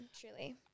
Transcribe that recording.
truly